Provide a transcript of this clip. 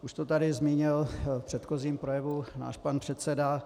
Už to tady zmínil v předchozím projevu náš pan předseda.